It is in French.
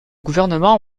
gouvernement